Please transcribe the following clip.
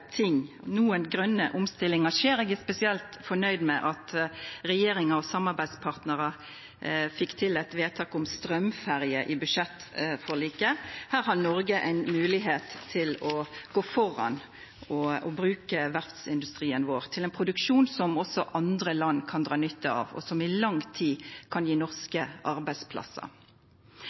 ting; nokre grøne omstillingar skjer. Eg er spesielt fornøgd med at regjeringa og samarbeidspartnarane fekk til eit vedtak om straumferje i budsjettforliket. Her har Noreg ei moglegheit til å gå føre og bruka verftsindustrien vår til ein produksjon som også andre land kan dra nytte av, og som i lang tid kan gje norske arbeidsplassar.